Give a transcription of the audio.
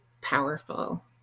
powerful